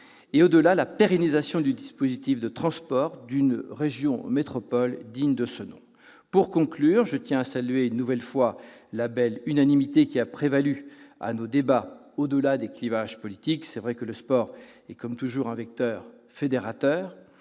au-delà, la pérennisation du dispositif de transports d'une région métropole digne de ce nom. Pour conclure, je tiens à saluer une nouvelle fois la belle unanimité qui a prévalu lors de nos débats, au-delà des clivages politiques. Il est vrai que le sport est, comme toujours, un vecteur fédérateur.